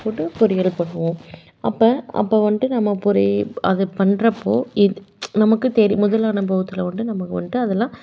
போட்டு பொரியல் பண்ணுவோம் அப்போ அப்போ வந்துட்டு நாம் பொரிய அது பண்ணுறப்போ எது நமக்கு தெரியும் முதல் அனுபவத்தில் வந்துட்டு நமக்கு வந்துட்டு அதெல்லாம்